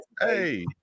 hey